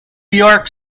york